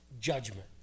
judgment